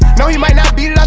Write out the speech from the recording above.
no he might not beat